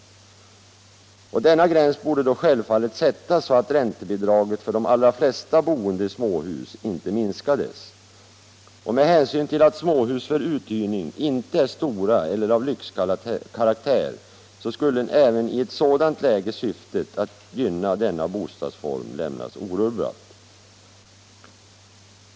Denna gräns borde självfallet sättas så att rän tebidraget för de allra flesta boende i småhus inte minskades. Med hänsyn till att småhus för uthyrning inte är stora eller av lyxkaraktär skulle även i ett sådant läge syftet att gynna denna bostadsform lämnas orubbad.